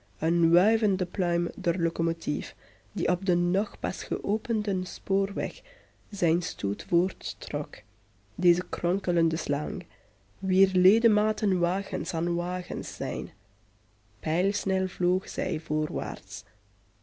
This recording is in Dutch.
een wuivende pluim der locomotief die op den nog pas geopenden spoorweg zijn stoet voorttrok deze kronkelende slang wier ledematen wagens aan wagens zijn pijlsnel vloog zij voorwaarts